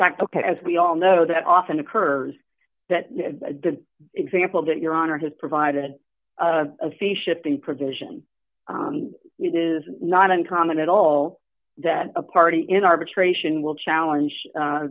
back ok as we all know that often occurs that the example that your honor has provided a fee shifting provision it is not uncommon at all that a party in arbitration will challenge